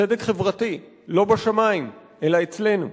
צדק חברתי, לא בשמים, אלא אצלנו.